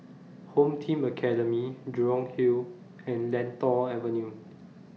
Home Team Academy Jurong Hill and Lentor Avenue